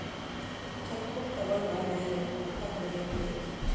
Check book ತೊಗೊಂಡ್ರ ಮ್ಯಾಲೆ ರೊಕ್ಕ ಕೊಡಬೇಕರಿ?